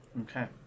Okay